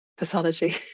Pathology